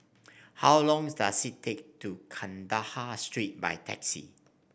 how long does it take to Kandahar Street by taxi